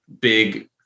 big